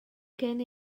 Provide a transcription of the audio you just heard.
gen